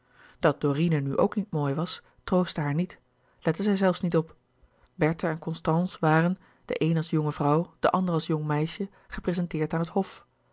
dat dorine nu ook niet mooi was troostte haar niet lette zij zelfs niet op bertha en constance waren de een als jonge vrouw de ander als jong meisje geprezenteerd aan het hof